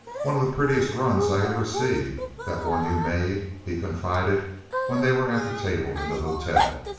one of the prettiest runs i ever see, that one you made, he confided when they were at the table in the hotel.